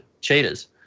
cheaters